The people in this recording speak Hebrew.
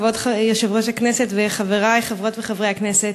כבוד יושב-ראש הכנסת וחברי חברות וחברי הכנסת,